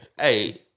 Hey